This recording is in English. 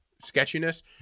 sketchiness